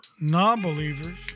non-believers